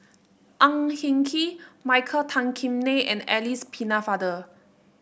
Ang Hin Kee Michael Tan Kim Nei and Alice Pennefather